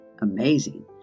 amazing